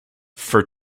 for